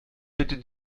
bitte